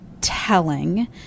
telling